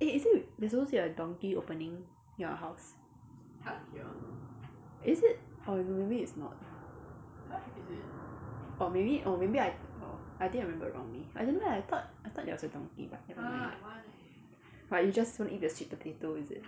eh is it there's supposed to be a donki opening near our house is it or maybe it's not or maybe or maybe I I think I remembered wrongly I don't know eh I thought I thought there was a donki but never mind what you just want to eat the sweet potato is it